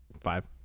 Five